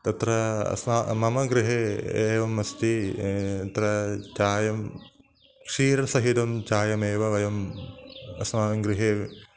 तत्र अस्माकं मम गृहे एवम् अस्ति तत्र चायं क्षीरसहितं चायमेव वयम् अस्माकं गृहे